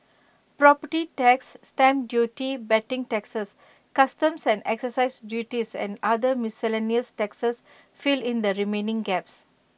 property tax stamp duty betting taxes customs and exercise duties and other miscellaneous taxes fill in the remaining gaps